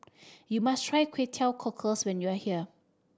you must try Kway Teow Cockles when you are here